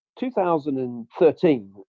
2013